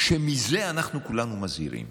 ומזה אנחנו כולנו מזהירים,